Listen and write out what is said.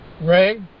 Ray